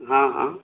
हाँ हाँ